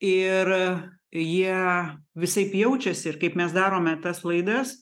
ir jie visaip jaučiasi ir kaip mes darome tas laidas